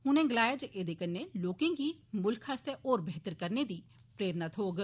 उनें गलाया जे ऐदे कन्नै लोकें गी मुल्ख आस्तै होर बेहतर करने दी प्रेरणा थ्होग